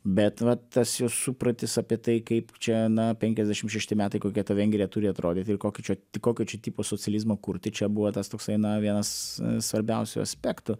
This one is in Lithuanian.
bet va tas jos supratis apie tai kaip čia na penkiasdešim šešti metai kokia ta vengrija turi atrodyti ir kokio čia kokio čia tipo socializmą kurt čia buvo tas toksai na vienas svarbiausių aspektų